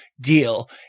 deal